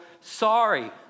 sorry